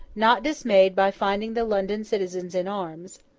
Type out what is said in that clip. not dismayed by finding the london citizens in arms,